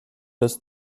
des